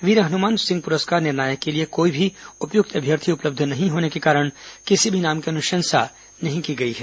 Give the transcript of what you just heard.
वीर हनुमान सिंह पुरस्कार निर्णायक के लिए कोई भी उपयुक्त अभ्यर्थी उपलब्ध नहीं होने के कारण किसी भी नाम की अनुशंसा नहीं की गई है